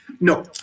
No